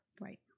Right